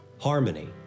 harmony